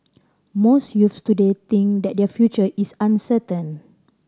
most youths today think that their future is uncertain